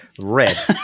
red